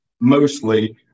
mostly